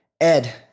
Ed